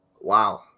Wow